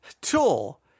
tool